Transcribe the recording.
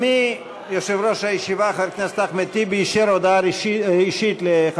הכוונה של חבר הכנסת איל בן ראובן הייתה לתמוך